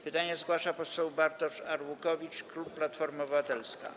Pytanie zgłasza poseł Bartosz Arłukowicz, klub Platforma Obywatelska.